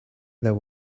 there